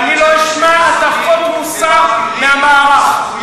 אני לא אשמע הטפות מוסר מהמערך.